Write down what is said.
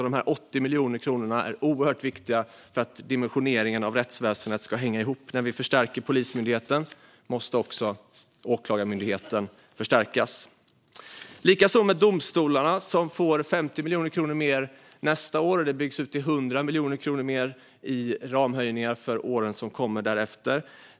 De 80 miljonerna är oerhört viktiga för att dimensioneringen av rättsväsendet ska hänga ihop. När vi förstärker Polismyndigheten måste också Åklagarmyndigheten förstärkas. Likaså får domstolarna 50 miljoner kronor mer nästa år. Denna summa byggs ut till 100 miljoner kronor mer i ramhöjningar för åren som kommer därefter.